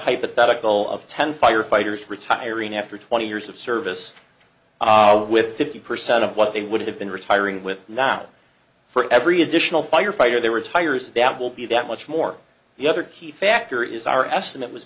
hypothetical of ten firefighters retiring after twenty years of service with fifty percent of what they would have been retiring with now for every additional firefighter they were tires that will be that much more the other key factor is our estimate was